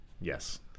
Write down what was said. Yes